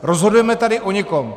Rozhodujeme tady o někom.